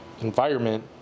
environment